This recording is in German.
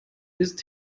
ist